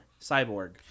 Cyborg